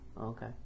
Okay